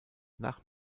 nach